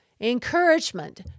Encouragement